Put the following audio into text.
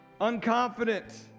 unconfident